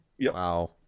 Wow